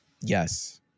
Yes